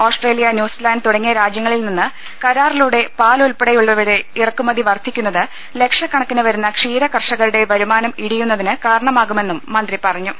Australia New Zealand തുടങ്ങിയ രാജ്യങ്ങളിൽ നിന്ന് കരാ റിലൂടെ പാൽ ഉൾപ്പടെയുള്ളവയുടെ ഇറക്കുമതി വർദ്ധിക്കുന്നത് ലക്ഷക്ക ണക്കിന് വരുന്ന ക്ഷീരകർഷകരുടെ വരുമാനം ഇട്ടിയുന്നതിന് കാരണമാ കുമെന്നും മന്ത്രി പറഞ്ഞു